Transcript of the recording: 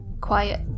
quiet